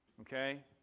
Okay